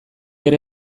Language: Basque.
ere